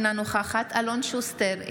אינה נוכחת אלון שוסטר,